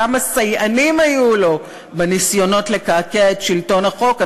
כמה סייענים היו לו בניסיונות לקעקע את שלטון החוק,